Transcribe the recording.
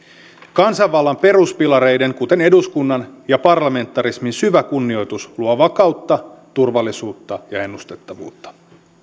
kansanvallan peruspilareiden kuten eduskunnan ja parlamentarismin syvä kunnioitus luo vakautta turvallisuutta ja ennustettavuutta